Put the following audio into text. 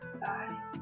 Bye